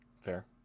Fair